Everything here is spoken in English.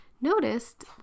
noticed